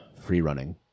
free-running